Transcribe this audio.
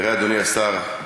אדוני השר,